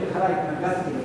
אני בהתחלה התנגדתי לזה,